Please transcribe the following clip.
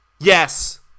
Yes